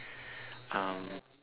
um